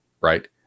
right